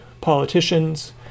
politicians